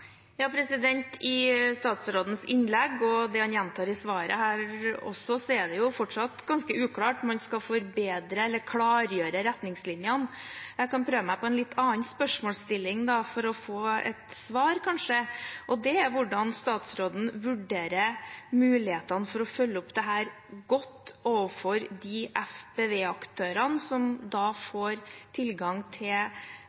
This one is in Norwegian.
I statsrådens innlegg og det han gjentar i svaret her også, er det fortsatt ganske uklart. Man skal forbedre eller klargjøre retningslinjene. Jeg kan prøve meg på en litt annen spørsmålsstilling for kanskje å få et svar: Hvordan vurderer statsråden mulighetene for å følge opp dette godt overfor de FBV-aktørene som da